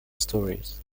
stories